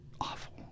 awful